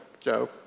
Joe